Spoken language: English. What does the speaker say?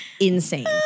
Insane